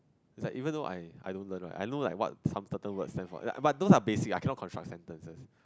it's like even though I I don't learn right I know like what some turtle words stand for but those are basic I cannot construct sentences